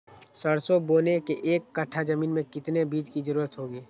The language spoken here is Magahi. सरसो बोने के एक कट्ठा जमीन में कितने बीज की जरूरत होंगी?